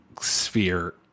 sphere